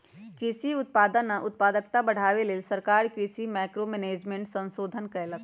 कृषि उत्पादन आ उत्पादकता बढ़ाबे लेल सरकार कृषि मैंक्रो मैनेजमेंट संशोधन कएलक